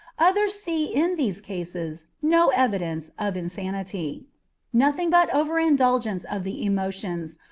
others see in these cases no evidence of insanity nothing but over-indulgence of the emotions,